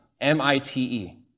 M-I-T-E